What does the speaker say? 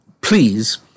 please